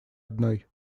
одной